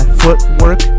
footwork